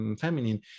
feminine